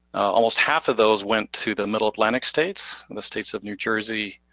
almost half of those went to the middle atlantic states, and the states of new jersey,